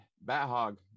Bat-Hog